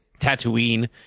Tatooine